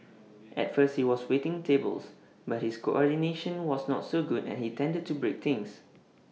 at first he was waiting tables but his coordination was not so good and he tended to break things